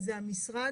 זה המשרד?